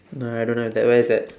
no I don't have that where is that